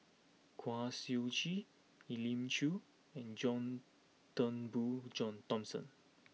Kwa Siew Tee Elim Chew and John Turnbull Jiong Thomson